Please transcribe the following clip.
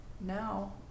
now